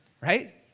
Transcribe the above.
right